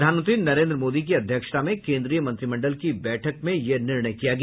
प्रधानमंत्री नरेन्द्र मोदी की अध्यक्षता में केन्द्रीय मंत्रिमंडल की बैठक में यह निर्णय किया गया